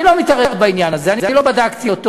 אני לא מתערב בעניין הזה, אני לא בדקתי אותו.